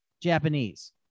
japanese